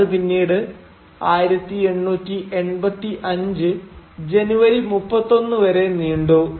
അത് പിന്നീട് 1885 ജനുവരി 31 വരെ നീണ്ടു